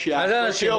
--- מה זה אנשים?